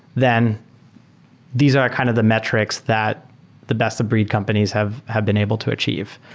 then these are kind of the metrics that the best-of-breed companies have have been able to achieve.